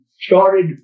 started